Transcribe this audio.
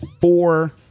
four